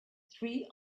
three